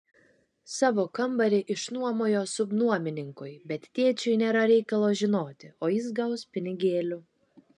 savo kambarį išnuomojo subnuomininkui bet tėčiui nėra reikalo žinoti o jis gaus pinigėlių